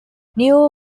new